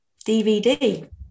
DVD